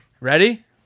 Ready